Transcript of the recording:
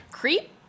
creep